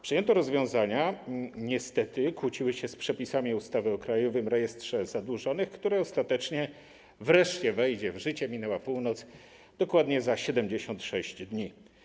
Przyjęte rozwiązania niestety kłóciły się z przepisami ustawy o Krajowym Rejestrze Zadłużonych, która ostatecznie wreszcie wejdzie w życie, minęła północ, dokładnie za 76 dni.